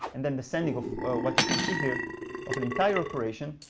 and then the sending of what you can see here of an entire operation,